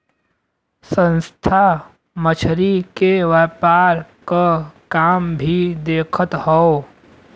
संस्था मछरी के व्यापार क काम भी देखत हौ